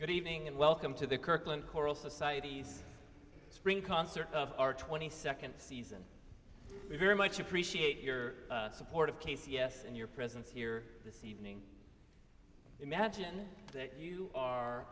good evening and welcome to the kirkland choral society's spring concert of our twenty second season we very much appreciate your support of case yes and your presence here this evening imagine that you are